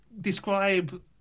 Describe